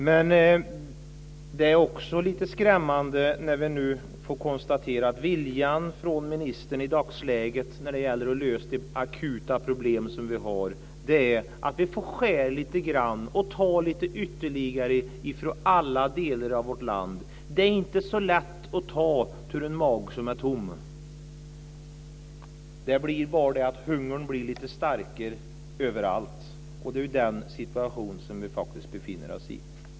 Men det är också lite skrämmande att konstatera att ministerns vilja i dagsläget när det gäller att lösa de akuta problem vi har är att skära lite grann och ta lite ytterligare från alla delar av vårt land. Det är inte så lätt att ta något ur en mage som är tom. Det blir bara lite starkare hunger överallt. Det är den situationen vi faktiskt befinner oss i.